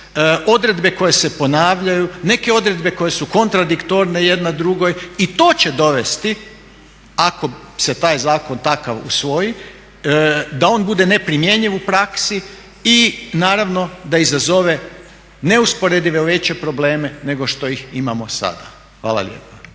odredbe koje se ponavljaju, neke odredbe koje su kontradiktorne jedna drugoj i to će dovesti ako se taj zakon takav usvoji da on bude neprimjenjiv u praksi i naravno da izazove neusporedivo veće probleme nego što ih imamo sada. Hvala lijepa.